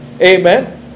Amen